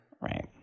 Right